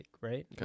right